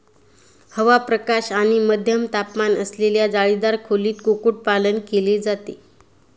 हवा, प्रकाश आणि मध्यम तापमान असलेल्या जाळीदार खोलीत कुक्कुटपालन केले जाते